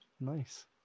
Nice